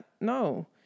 no